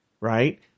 right